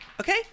Okay